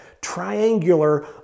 triangular